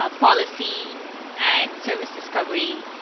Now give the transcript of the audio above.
ah policy and service discovery,